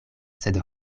sed